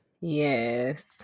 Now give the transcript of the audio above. Yes